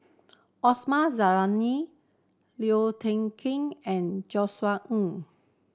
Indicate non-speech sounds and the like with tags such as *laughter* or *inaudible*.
Osman Zailani Liu *unintelligible* Ker and Josef Ng